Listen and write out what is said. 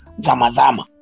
Zamazama